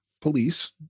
Police